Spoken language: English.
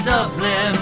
Dublin